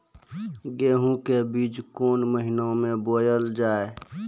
गेहूँ के बीच कोन महीन मे बोएल जाए?